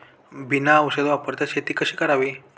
बिना औषध वापरता शेती कशी करावी?